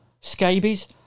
scabies